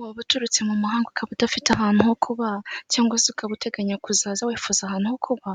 Waba uturutse mu mahanga ukaba udafite ahantu ho kuba? Cyangwa se ukaba uteganya kuzaza wifuza ahantu ho kuba?